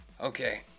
okay